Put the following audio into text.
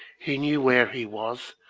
he knew where he was,